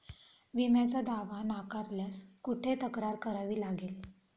विम्याचा दावा नाकारल्यास कुठे तक्रार करावी लागेल?